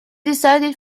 decided